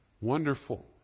wonderful